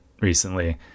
recently